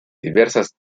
diversas